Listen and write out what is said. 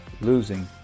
losing